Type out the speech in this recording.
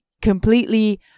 completely